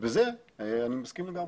בזה אני מסכים לגמרי.